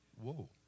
Whoa